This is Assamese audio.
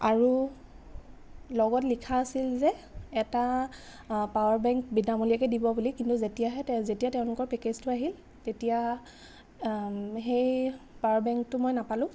আৰু লগত লিখা আছিল যে এটা পাৱাৰ বেংক বিনামূলীয়াকৈ দিব বুলি কিন্তু যেতিয়া যেতিয়া তেওঁলোকৰ পেকেজটো আহিল তেতিয়া সেই পাৱাৰ বেংকটো মই নাপালোঁ